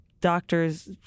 doctors